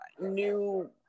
new